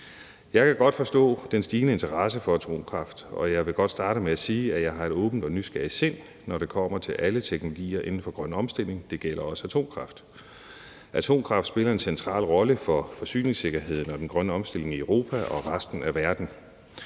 Jeg kan godt forstå den stigende interesse for atomkraft, og jeg vil godt starte med at sige, at jeg har et åbent og nysgerrigt sind, når det kommer til alle teknologier inden for grøn omstilling. Det gælder også atomkraft. Atomkraft spiller en central rolle for forsyningssikkerheden og den grønne omstilling i Europa og resten af verden.